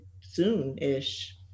soon-ish